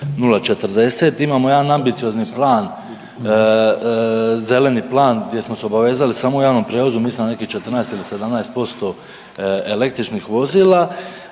0,040. Imamo jedan ambiciozni plan, Zeleni plan gdje smo se obavezali samo u javnom prijevozu, mislim na nekih 14 ili 17% električnih vozila.